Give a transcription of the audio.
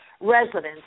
residents